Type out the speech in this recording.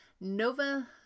Nova